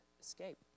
escape